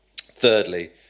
Thirdly